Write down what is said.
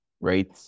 right